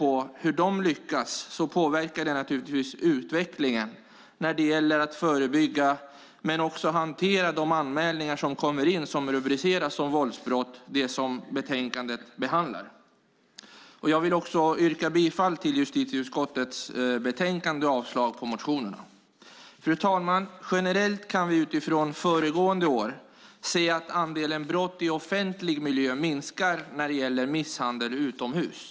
Hur de lyckas påverkar naturligtvis utvecklingen när det gäller att förebygga brott och när det gäller att hantera de anmälningar som kommer in och som rubriceras som våldsbrott - det som betänkandet behandlar. Jag yrkar bifall till förslaget i justitieutskottets betänkande och avslag på motionerna. Fru talman! Generellt kan vi utifrån föregående år se att andelen brott i offentlig miljö minskar när det gäller misshandel utomhus.